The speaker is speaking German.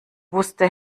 wusste